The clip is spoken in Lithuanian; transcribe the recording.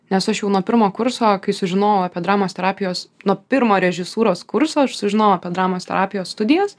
nes aš jau nuo pirmo kurso kai sužinojau apie dramos terapijos nuo pirmo režisūros kurso aš sužinojau apie dramos terapijos studijas